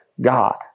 God